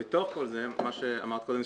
כפי שאמרת קודם,